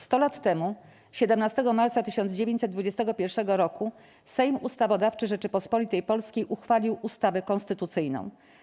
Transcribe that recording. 100 lat temu, 17 marca 1921 roku, Sejm Ustawodawczy Rzeczypospolitej Polskiej uchwalił ustawę konstytucyjną.